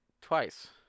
twice